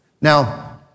Now